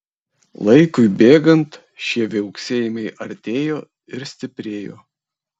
laikui bėgant šie viauksėjimai artėjo ir stiprėjo